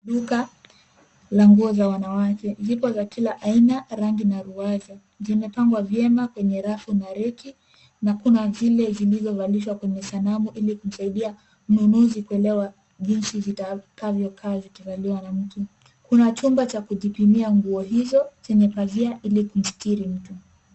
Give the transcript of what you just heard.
Duka la nguo za wanawake. Zipo za kila aina rangi na riwaza. Zimepangwa vyema kwenye rafu na reki na kuna zile zilizovalishwa kwenye sanamu ili kumsaidia mnunuzi kuelewa jinsi zitakavyokaa zikivaliwa na mtu. Kuna chumba cha kujipimia nguo hizo chenye pazia ili kumsitiri mtu.